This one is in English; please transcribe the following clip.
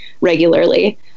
regularly